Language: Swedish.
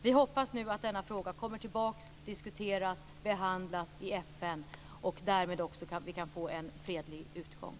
Vi hoppas nu att denna fråga kommer tillbaka och diskuteras och behandlas i FN och att vi därmed också kan få en fredlig utgång.